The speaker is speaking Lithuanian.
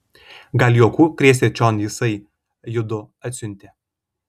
gal juokų krėsti čion jisai judu atsiuntė